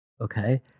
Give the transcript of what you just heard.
Okay